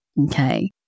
okay